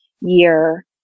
year